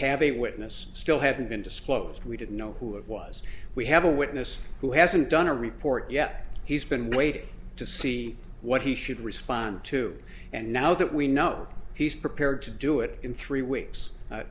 have a witness still haven't been disclosed we didn't know who it was we have a witness who hasn't done a report yet he's been waiting to see what he should respond to and now that we know he's prepared to do it in three weeks